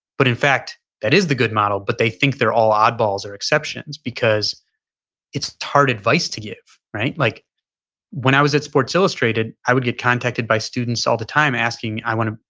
but in fact that is the good model, but they think they're all odd balls or exceptions, because it's hard advice to give. like when i was at sports illustrated, i would get contacted by students all the time asking, i want to,